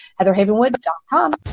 Heatherhavenwood.com